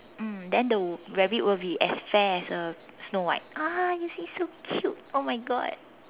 mm then the rabbit will be as fair as a snow white ah you see so cute oh my God